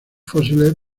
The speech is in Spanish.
fósiles